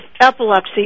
epilepsy